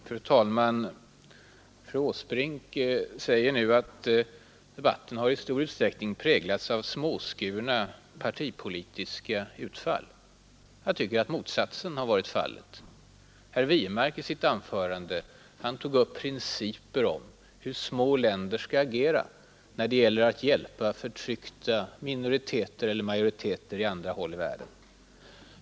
Fru talman! Fru Åsbrink säger nu att debatten i stor utsträckning har präglats av ”småskurna partipolitiska utfall”. Jag tycker att motsatsen har varit fallet. Herr Wirmark tog i sitt anförande upp principer för hur små länder skall agera när det gäller att hjälpa förtryckta minoriteter eller majoriteter på andra håll i världen.